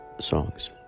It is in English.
songs